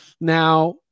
Now